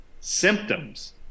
symptoms